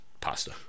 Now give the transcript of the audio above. pasta